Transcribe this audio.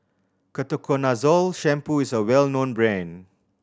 Ketoconazole Shampoo is a well known brand